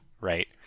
right